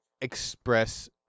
express